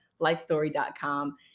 lifestory.com